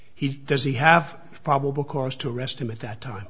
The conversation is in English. he does he have probable cause to arrest him at that time